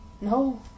No